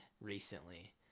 recently